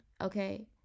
okay